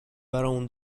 برامون